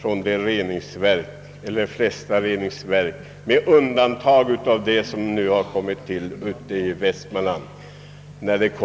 från detta eller de flesta andra reningsverk — med undantag möjligen för det reningsverk som nu har tillkommit i Västmanland.